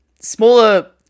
smaller